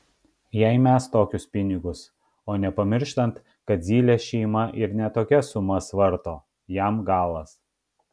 jei mes tokius pinigus o nepamirštant kad zylės šeima ir ne tokias sumas varto jam galas